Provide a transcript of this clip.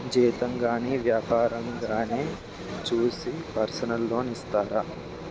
జీతం గాని వ్యాపారంగానే చూసి పర్సనల్ లోన్ ఇత్తారు